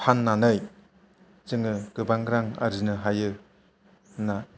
फान्नानै जोङो गोबां रां आरजिनो हायो होन्ना